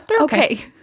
okay